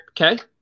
Okay